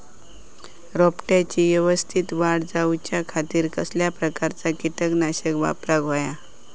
रोपट्याची यवस्तित वाढ जाऊच्या खातीर कसल्या प्रकारचा किटकनाशक वापराक होया?